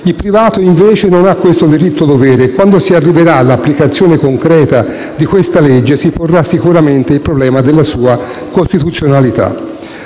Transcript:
Il privato, invece, non ha questo diritto dovere e quando si arriverà all'applicazione concreta di questo provvedimento si porrà il problema della sua costituzionalità.